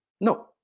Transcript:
No